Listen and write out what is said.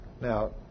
Now